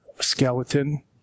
skeleton